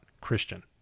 Christian